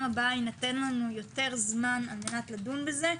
הבאה יינתן לנו יותר זמן על מנת לדון בזה.